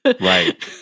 Right